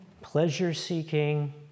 Pleasure-seeking